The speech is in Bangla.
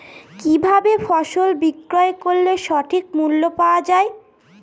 কি ভাবে ফসল বিক্রয় করলে সঠিক মূল্য পাওয়া য়ায়?